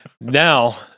Now